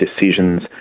decisions